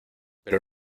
pero